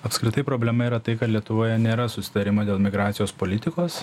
apskritai problema yra tai ka lietuvoje nėra susitarimo dėl migracijos politikos